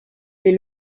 des